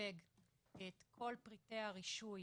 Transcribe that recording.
מסווג את כל פרטי רישוי